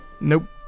nope